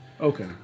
okay